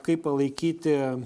kaip palaikyti